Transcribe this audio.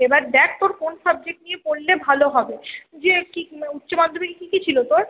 এবার দেখ তোর কোন সাবজেক্ট নিয়ে পড়লে ভালো হবে যে কী উচ্চ মাধ্যমিকে কী কী ছিল তোর